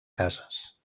cases